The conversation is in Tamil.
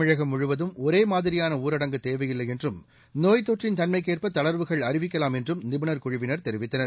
தமிழகம் முழுவதும் ஒரே மாதிரியான ஊரடங்கு தேவையில்லை என்றும் நோய் தொற்றின் தன்மைக்கு ஏற்ப தளர்வுகள் அறிவிக்கலாம் என்றும் நிபுணர் குழுவினர் தெரிவித்தனர்